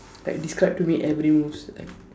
like describe to me every moves